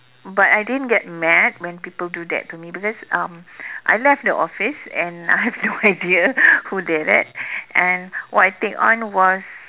but I didn't get mad when people do that to me because um I left the office and I have no idea who did it and what I think on was